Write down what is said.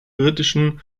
britischen